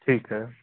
ठीक है